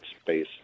space